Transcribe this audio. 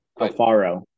Alfaro